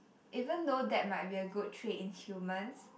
even though that might be a good trait in humans